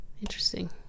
interesting